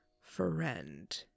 friend